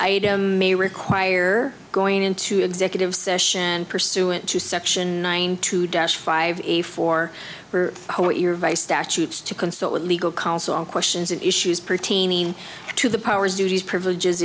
item may require going into executive session pursuant to section nine to dash five a four for what your advice statutes to consult with legal counsel questions and issues pertaining to the powers duties privileges